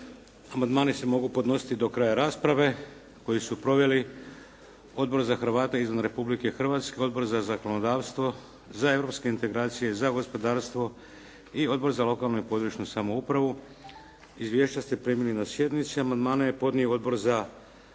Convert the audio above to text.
Amandmani se mogu podnositi do kraja raspravu koju su proveli: Odbor za Hrvate izvan Republike Hrvatske, Odbor za zakonodavstvo, za europske integracije, za gospodarstvo i Odbor za lokalnu i područnu samoupravu. Izvješća ste primili na sjednici. Amandmane je podnio Odbor za